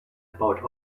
about